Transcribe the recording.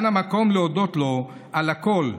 כאן המקום להודות לו על הכול,